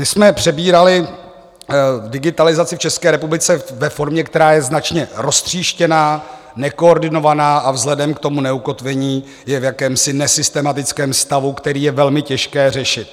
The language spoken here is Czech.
My jsme přebírali digitalizaci v České republice ve formě, která je značně roztříštěná, nekoordinovaná a vzhledem k tomu neukotvení je v jakémsi nesystematickém stavu, který je velmi těžké řešit.